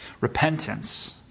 Repentance